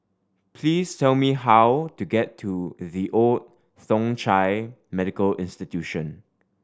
please tell me how to get to The Old Thong Chai Medical Institution